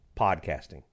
podcasting